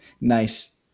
Nice